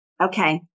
Okay